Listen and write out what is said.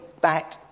back